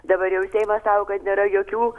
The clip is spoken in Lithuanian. dabar jau seimas sako kad nėra jokių